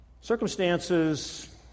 Circumstances